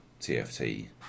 TFT